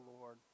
Lord